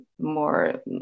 more